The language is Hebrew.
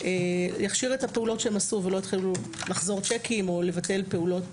כך שלא יתחילו לחזור צ'קים או לבטל פעולות